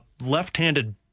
left-handed